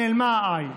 נעלמה ה-i.